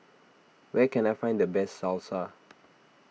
where can I find the best Salsa